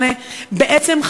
בעצם,